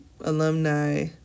alumni